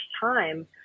time